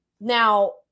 Now